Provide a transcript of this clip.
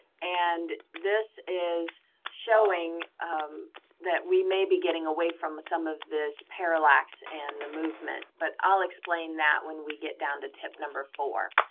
and this is showing um that we may be getting away from some of this parallax and the movement but i'll explain that when we get down to tip number four.